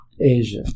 Asia